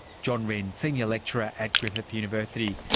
john rynne, senior lecturer at griffith university.